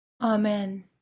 Amen